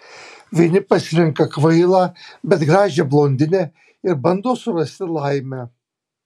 vieni pasirenka kvailą bet gražią blondinę ir bando surasti laimę